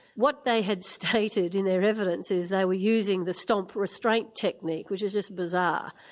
what they had stated in their evidence is they were using the stomp restraint technique, which is just bizarre.